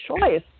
choice